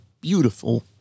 beautiful